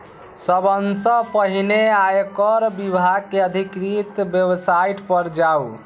सबसं पहिने आयकर विभाग के अधिकृत वेबसाइट पर जाउ